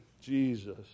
jesus